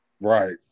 Right